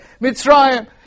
Mitzrayim